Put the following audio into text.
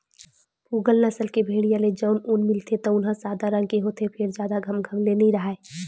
पूगल नसल के भेड़िया ले जउन ऊन मिलथे तउन ह सादा रंग के होथे फेर जादा घमघम ले नइ राहय